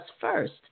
first